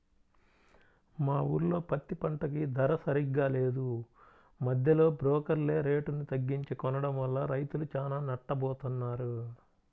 మా ఊర్లో పత్తి పంటకి ధర సరిగ్గా లేదు, మద్దెలో బోకర్లే రేటుని తగ్గించి కొనడం వల్ల రైతులు చానా నట్టపోతన్నారు